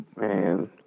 man